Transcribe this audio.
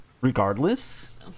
regardless